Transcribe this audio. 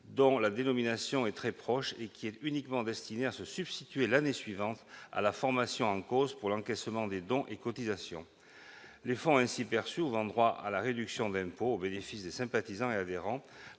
dont la dénomination est très proche et qui est uniquement destiné à se substituer l'année suivante à la formation en cause pour l'encaissement des dons et cotisations. Les fonds ainsi perçus ouvrant droit à la réduction d'impôt au bénéfice des sympathisants et adhérents,